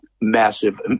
massive